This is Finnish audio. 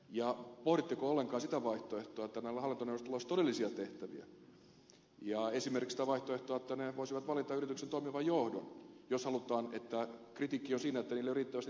ja pohditteko ollenkaan sitä vaihtoehtoa että näillä hallintoneuvostoilla olisi todellisia tehtäviä ja esimerkiksi sitä vaihtoehtoa että ne voisivat valita yrityksen toimivan johdon jos kritiikki on siinä että niillä ei ole riittävästi tehtäviä